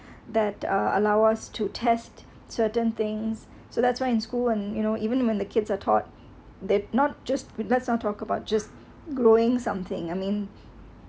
that allow us to test certain things so that's why in school and you know even when the kids are taught they've not just let's not talk about just growing something I mean